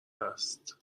هست